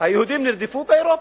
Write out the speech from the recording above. היהודים נרדפו באירופה.